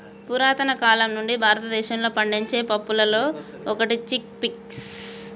పురతన కాలం నుండి భారతదేశంలో పండించే పప్పులలో ఒకటి చిక్ పీస్